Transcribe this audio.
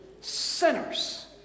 sinners